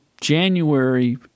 January –